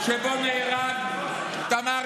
שבו נהרג תמרי,